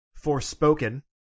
Forspoken